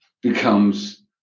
becomes